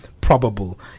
probable